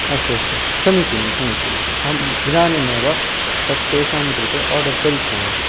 अस्तु अस्तु समीचीनं समीचीनं अहम् इदनीमेव तत्तेषां कृते ओर्डर् करिष्यामि